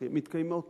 מתקיימות